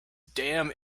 damn